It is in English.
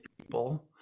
people